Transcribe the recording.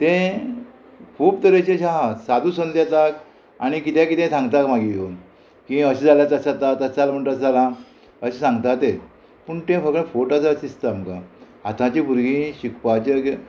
तें खूब तरेचे अशें आहा सादू संत येतात आनी किद्या कितें सांगता मागीर येवन की अशें जाल्यार तस जाता तस चल म्हण तस जाला अशें सांगता तें पूण तें फकत फोट आसता अशें दिसता आमकां आतांची भुरगीं शिकपाचें